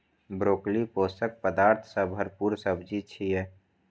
broccoli पोषक पदार्थ सं भरपूर सब्जी छियै